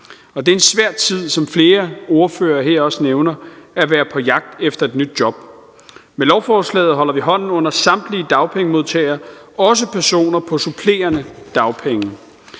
det er en svær tid, hvad flere ordførere her også nævner, at være på jagt efter et nyt job i. Med lovforslaget holder vi hånden under samtlige dagpengemodtagere, også personer på supplerende dagpenge.